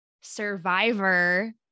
Survivor